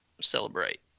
celebrate